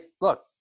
look